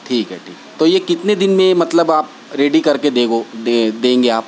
ٹھیک ہے ٹھیک تو یہ کتنے دن میں مطلب آپ ریڈی کر کے دے گے دے دیں گے آپ